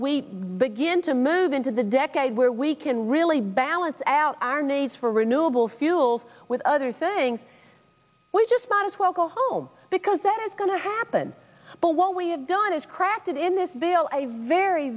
we begin to move into the decade where we can really balance out our need for renewable fuels with other things we just not as well go home because that is going to happen but what we have done is crafted in this bill a very